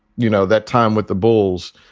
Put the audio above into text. you know, that time with the bulls.